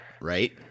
right